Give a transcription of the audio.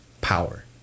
power